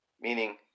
Meaning